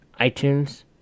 iTunes